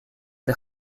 the